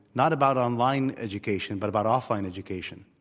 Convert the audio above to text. not about online education, but about off line education,